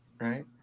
right